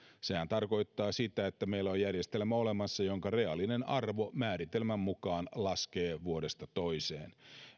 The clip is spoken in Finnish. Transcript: sehän tarkoittaa sitä että meillä on järjestelmä olemassa jonka reaalinen arvo määritelmän mukaan laskee vuodesta toiseen